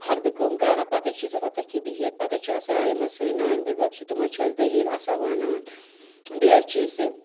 پھَردٕ کٲم کَران پَتہٕ حظ چھِ أسۍ آسان تٔتھی بِہِت پتہٕ حظ چھِ آسان یِم حظ سٲنۍ نانۍ بٕڈبَب چھِ تِم حظ چھِ اَسہِ دٔلیٖل آسان وَنان بیٚیہِ حظ چھِ أسۍ یہِ